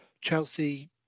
Chelsea